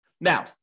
Now